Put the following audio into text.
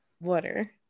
water